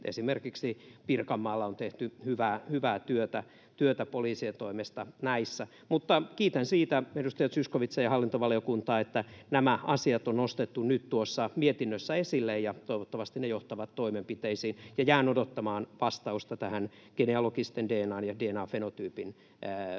Esimerkiksi Pirkanmaalla on tehty hyvää työtä poliisien toimesta näissä. Mutta kiitän edustaja Zyskowiczia ja hallintovaliokuntaa siitä, että nämä asiat on nostettu nyt tuossa mietinnössä esille, ja toivottavasti ne johtavat toimenpiteisiin. Jään odottamaan vastausta tähän kysymykseen genealogisten